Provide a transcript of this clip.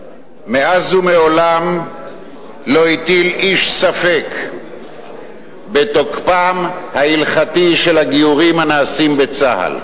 מאז ומעולם לא הטיל איש ספק בתוקפם ההלכתי של הגיורים הנעשים בצה"ל,